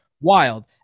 Wild